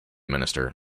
minister